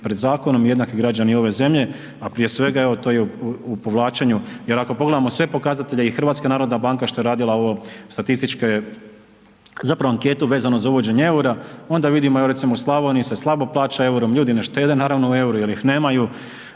pred zakonom i jednaki građani ove zemlje, a prije svega evo to i u povlačenju jer ako pogledamo sve pokazatelje i HNB što je radila ovo statističke, zapravo anketu vezano za uvođenje EUR-a onda vidimo evo recimo u Slavoniji se slabo plaća EUR-om, ljudi ne štede naravno u EUR-i jel ih nemaju,